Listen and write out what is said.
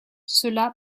cela